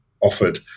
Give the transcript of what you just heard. offered